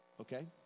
Okay